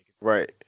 right